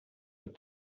but